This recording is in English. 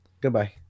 goodbye